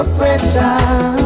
pressure